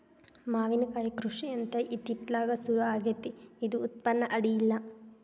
ಮಾವಿನಕಾಯಿ ಕೃಷಿ ಅಂತ ಇತ್ತಿತ್ತಲಾಗ ಸುರು ಆಗೆತ್ತಿ ಇದು ಉತ್ಪನ್ನ ಅಡಿಯಿಲ್ಲ